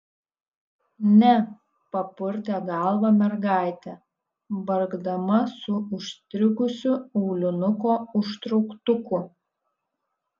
ne papurtė galvą mergaitė vargdama su užstrigusiu aulinuko užtrauktuku